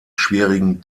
schwierigen